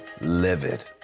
livid